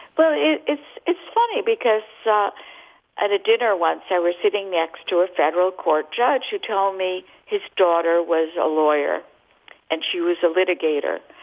well, it's it's it's funny because so at a dinner once i was sitting next to a federal court judge who told me his daughter was a lawyer and she was a litigator.